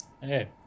Hey